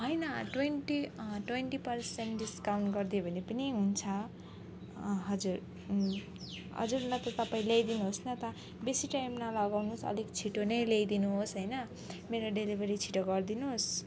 होइन twenty twenty percent discount गरिदियो भने पनि हुन्छ अँ हजुर हजुर न त तपाईँ ल्याइदिनु होस् न त बेसी टाइम नलगाउनुहोस् अलिक छिटो नै ल्याइदिनु होस् होइन मेरो डेलिभरी छिटो गरिदिनु होस्